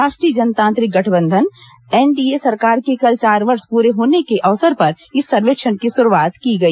राष्ट्रीय जनतांत्रिक गठबंधन एनडीए सरकार के कल चार वर्ष पूरे होने के अवसर पर इस सर्वेक्षण की शुरूआत की गई